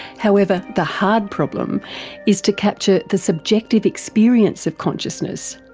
however the hard problem is to capture the subjective experience of consciousness,